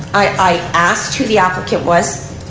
i asked who the applicant was.